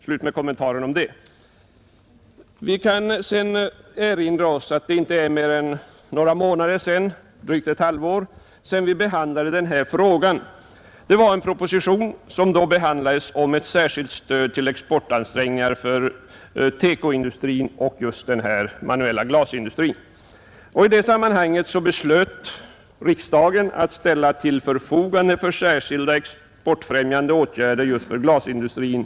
Slut med kommentarerna om den saken. Vi kan också erinra oss att det bara är drygt ett halvår sedan vi behandlade denna fråga senast. Då gällde det en proposition om särskilt stöd till exportansträngningar för TEKO-industrin och den manuella glasindustrin. I det sammanhanget beslöt riksdagen att ställa medel till förfogande för särskilda exportfrämjande åtgärder just för glasindustrin.